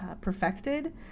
perfected